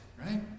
right